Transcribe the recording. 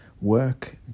work